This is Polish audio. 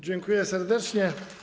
Dziękuję serdecznie.